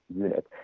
unit